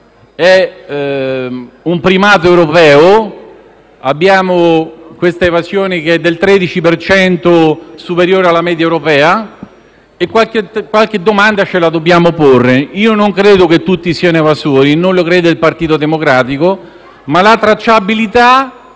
è un primato europeo: è un'evasione del 13 per cento superiore alla media europea e qualche domanda ci dobbiamo porre. Non credo che tutti siano evasori, e non lo crede il Partito Democratico, ma la tracciabilità è